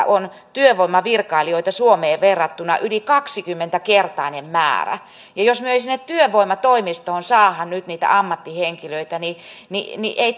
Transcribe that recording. on työvoimavirkailijoita suomeen verrattuna yli kaksikymmentä kertainen määrä ja jos me emme sinne työvoimatoimistoon saa nyt niitä ammattihenkilöitä niin niin ei